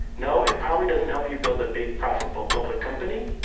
no, it probably doesn't help you build a big profitable public company,